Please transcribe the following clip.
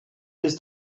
ist